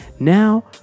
Now